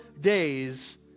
days